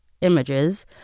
images